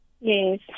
Yes